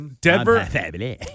Denver